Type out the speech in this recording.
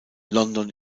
london